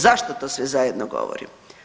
Zašto to sve zajedno govorim?